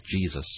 Jesus